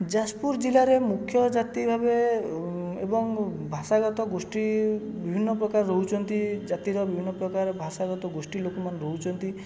ଯାଜପୁର ଜିଲ୍ଲାରେ ମୁଖ୍ୟ ଜାତି ଭାବେ ଏବଂ ଭାଷା ଗତ ଗୋଷ୍ଠୀ ବିଭିନ୍ନ ପ୍ରକାର ରହୁଛନ୍ତି ଜାତିର ବିଭିନ୍ନ ପ୍ରକାର ଭାଷା ଗତ ଗୋଷ୍ଠୀ ଲୋକମାନେ ରହୁଛନ୍ତି